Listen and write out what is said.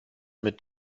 mit